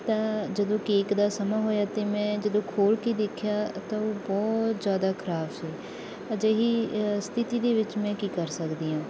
ਤਾਂ ਜਦੋਂ ਕੇਕ ਦਾ ਸਮਾਂ ਹੋਇਆ ਅਤੇ ਮੈਂ ਜਦੋਂ ਖੋਲ੍ਹ ਕੇ ਦੇਖਿਆ ਤਾਂ ਉਹ ਬਹੁਤ ਜ਼ਿਆਦਾ ਖਰਾਬ ਸੀ ਅਜਿਹੀ ਸਥਿੱਤੀ ਦੇ ਵਿੱਚ ਮੈਂ ਕੀ ਕਰ ਸਕਦੀ ਹਾਂ